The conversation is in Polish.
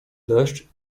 deszcz